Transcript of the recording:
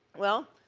well,